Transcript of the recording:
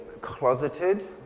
closeted